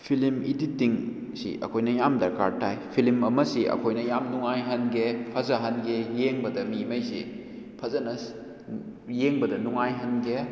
film ꯏꯗꯤꯇꯤꯡꯁꯤ ꯑꯩꯈꯣꯏꯅ ꯌꯥꯝ ꯗꯔꯀꯥꯔ ꯇꯥꯏ ꯐꯤꯂꯝ ꯑꯃꯁꯤ ꯑꯩꯈꯣꯏꯅ ꯌꯥꯝ ꯅꯨꯡꯉꯥꯏꯍꯟꯒꯦ ꯐꯖꯍꯟꯒꯦ ꯌꯦꯡꯕꯗ ꯃꯤ ꯈꯩꯁꯤ ꯐꯖꯅ ꯌꯦꯡꯕꯗ ꯅꯨꯡꯉꯥꯏꯍꯟꯒꯦ